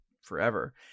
forever